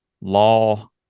law